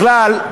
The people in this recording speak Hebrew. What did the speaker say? בכלל,